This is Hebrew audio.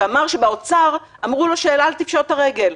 שאמר שבמשרד האוצר אמרו לו שאל-על תפשוט את הרגל,